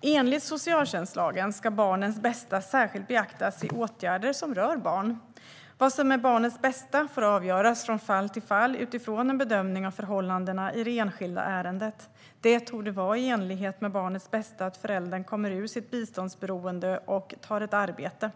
Enligt socialtjänstlagen ska barnens bästa särskilt beaktas vid åtgärder som rör barn. Vad som är barnets bästa får avgöras från fall till fall utifrån en bedömning av förhållandena i det enskilda ärendet. Det torde vara i enlighet med barnets bästa att föräldern kommer ur sitt biståndsberoende och tar ett arbete.